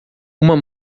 uma